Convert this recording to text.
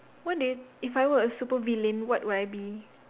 what do you if I were a super villain what would I be